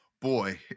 Boy